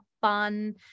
fun